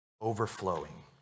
overflowing